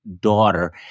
daughter